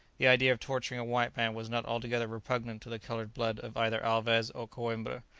the idea of torturing a white man was not altogether repugnant to the coloured blood of either alvez or coimbra,